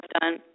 done